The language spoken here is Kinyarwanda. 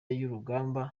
y’urugamba